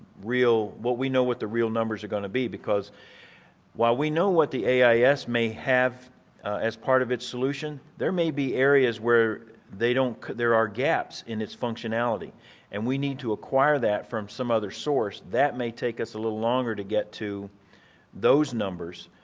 real, what we know what the real numbers are going to be because while we know what the ais may have as part of its solution, there may be areas where they don't there are gaps in its functionality and we need to acquire that from some other source, that may take as a little longer to get to those numbers,